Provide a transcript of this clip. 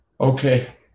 Okay